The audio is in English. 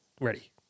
Ready